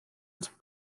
its